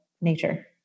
nature